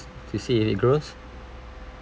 to see if it grows